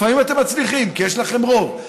לפעמים אתם מצליחים, כי יש לכם רוב.